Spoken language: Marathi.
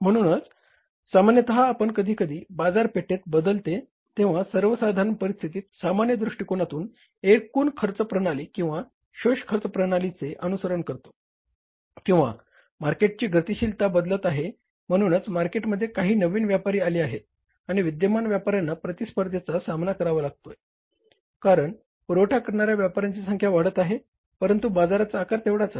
म्हणूनच सामान्यत आपण कधीकधी बाजारपेठ बदलते तेव्हा सर्वसाधारण परिस्थितीत सामान्य दृष्टीकोनातून एकूण खर्च प्रणाली किंवा शोष खर्च प्रणालीचे अनुसरण करतो किंवा मार्केटची गतिशीलता बदलत आहे म्हणूनच मार्केटमध्ये काही नवीन व्यापारी आले आहेत आणि विद्यमान व्यापाऱ्यांना प्रतिस्पर्धेचा सामना करावा लागत आहे कारण पुरवठा करणाऱ्या व्यापाऱ्यांची संख्या वाढत आहे परंतु बाजाराचा आकार तेवढाच आहे